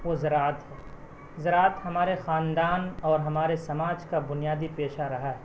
وہ زراعت ہے زراعت ہمارے خاندان اور ہمارے سماج کا بنیادی پیشہ رہا ہے